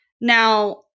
Now